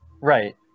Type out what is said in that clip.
right